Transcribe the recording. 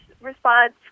response